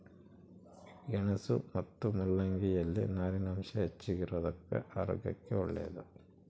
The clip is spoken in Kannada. ಗೆಣಸು ಮತ್ತು ಮುಲ್ಲಂಗಿ ಯಲ್ಲಿ ನಾರಿನಾಂಶ ಹೆಚ್ಚಿಗಿರೋದುಕ್ಕ ಆರೋಗ್ಯಕ್ಕೆ ಒಳ್ಳೇದು